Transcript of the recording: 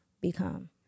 become